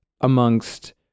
amongst